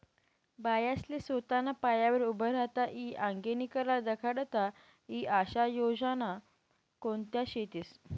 बायास्ले सोताना पायावर उभं राहता ई आंगेनी कला दखाडता ई आशा योजना कोणत्या शेतीस?